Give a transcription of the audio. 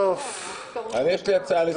שלום לכולם --- יש לי הצעה לסדר.